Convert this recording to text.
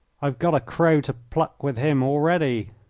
i've got a crow to pluck with him already.